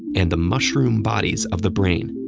and the mushroom bodies of the brain.